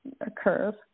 occurs